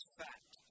fact